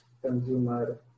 Consumer